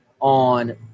on